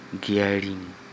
gearing